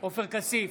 עופר כסיף,